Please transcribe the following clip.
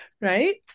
right